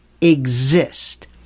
exist